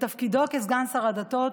את תפקידו כסגן שר הדתות,